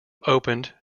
opened